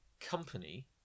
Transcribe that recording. company